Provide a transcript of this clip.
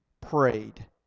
prayed